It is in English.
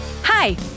Hi